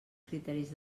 criteris